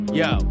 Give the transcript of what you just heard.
yo